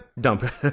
dump